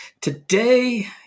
today